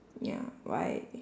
ya why